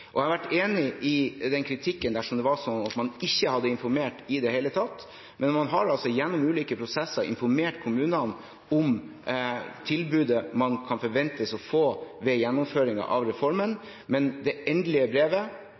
problemstillingen. Jeg ville vært enig i den kritikken dersom det hadde vært sånn at man ikke hadde informert i det hele tatt, men man har altså gjennom ulike prosesser informert kommunene om tilbudet man kan forventes å få ved gjennomføringen av reformen. Det endelige brevet